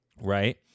Right